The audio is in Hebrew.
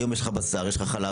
היום יש לך בשר, יש לך חלב.